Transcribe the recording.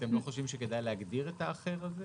ואתם לא חושבים שכדאי להגדיר את האחר הזה?